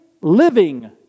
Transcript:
living